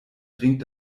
dringt